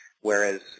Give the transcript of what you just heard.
Whereas